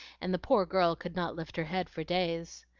and the poor girl could not lift her head for days.